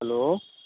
hello